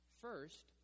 first